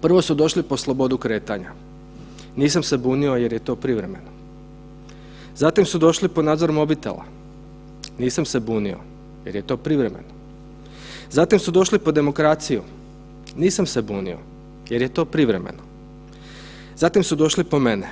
Prvo su došli po slobodu kretanja, nisam se bunio jer je to privremeno, zatim su došli po nadzor mobitela, nisam se bunio jer je to privremeno, zatim su došli po demokraciju, nisam se bunio jer je to privremeno, zatim su došli po mene,